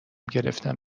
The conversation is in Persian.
گرفتم